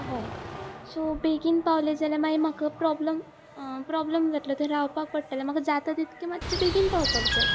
हय सो बेगीन पावले जाल्यार मागीर म्हाका प्रोब्लम प्रोब्लम जातलो थंय रावपाक पडटले म्हाका जाता तितके मात्शे बेगीन पावपाक जाय